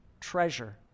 treasure